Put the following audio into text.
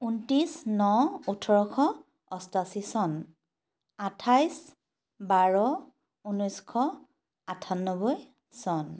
ঊনত্ৰিছ ন ওঠৰশ অষ্ঠাশী চন আঠাইছ বাৰ ঊনৈছশ আঠান্নব্বৈ চন